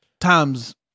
times